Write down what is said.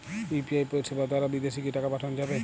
UPI পরিষেবা দারা বিদেশে কি টাকা পাঠানো যাবে?